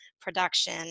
production